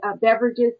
beverages